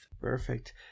Perfect